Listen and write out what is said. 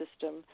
system